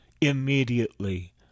Immediately